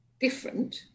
different